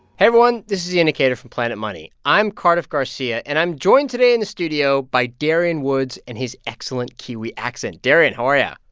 hey everyone, this is the indicator from planet money. i'm cardiff garcia, and i'm joined today in the studio by darian woods and his excellent kiwi accent. darian, how are ya?